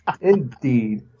Indeed